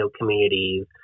communities